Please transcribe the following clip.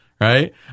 right